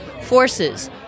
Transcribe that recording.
forces